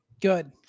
good